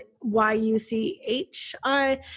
Y-U-C-H-I